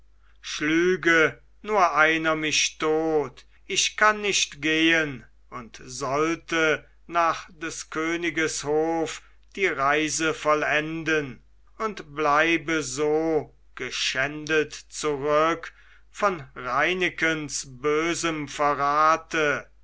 schlüge nur einer mich tot ich kann nicht gehen und sollte nach des königes hof die reise vollenden und bleibe so geschändet zurück von reinekens bösem verrate